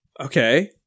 Okay